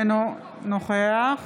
אינו נוכח